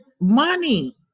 money